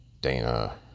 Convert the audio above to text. Dana